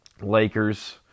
Lakers